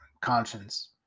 conscience